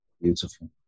Beautiful